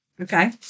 Okay